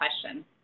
question